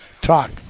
Talk